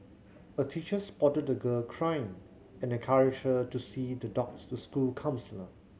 a teacher spotted the girl crying and encouraged her to see the school counsellor